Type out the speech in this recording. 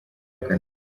kanombe